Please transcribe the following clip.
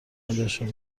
آیندهشان